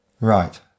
Right